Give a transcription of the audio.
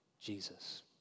Jesus